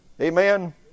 Amen